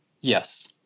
Yes